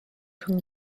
rhwng